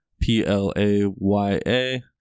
P-L-A-Y-A